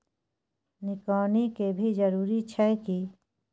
निकौनी के भी जरूरी छै की?